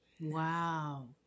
Wow